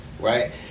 right